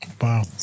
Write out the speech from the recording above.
Wow